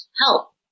help